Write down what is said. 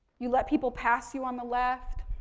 you let people pass you on the left.